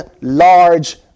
large